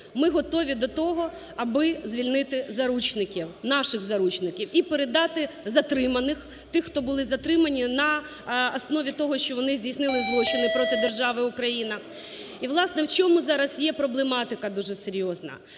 Ми готові до того, аби звільнити заручників, наших заручників і передати затриманих, тих, хто був затриманий на основі того, що вони здійснили злочини проти держави Україна. І, власне, у чому зараз є проблематика дуже серйозна.